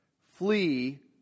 Flee